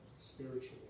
spiritually